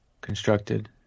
constructed